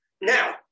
now